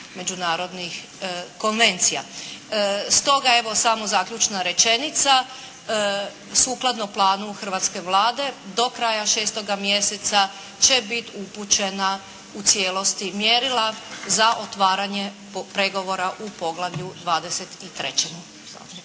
međunarodnih konvencija. Stoga evo samo zaključna rečenica. Sukladno planu hrvatske Vlade do kraja 6. mjeseca će biti upućena u cijelosti mjerila za otvaranje pregovora u Poglavlju